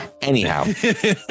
Anyhow